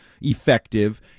effective